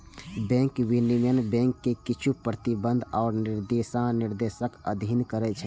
bank विनियमन bank कें किछु प्रतिबंध आ दिशानिर्देशक अधीन करै छै